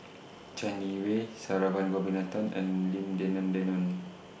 Chai Yee Wei Saravanan Gopinathan and Lim Denan Denon